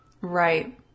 Right